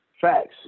Facts